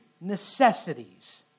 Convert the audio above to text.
necessities